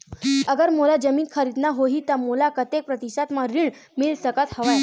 अगर मोला जमीन खरीदना होही त मोला कतेक प्रतिशत म ऋण मिल सकत हवय?